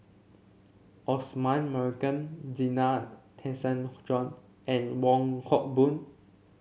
Osman Merican Zena Tessensohn and Wong Hock Boon